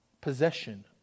possession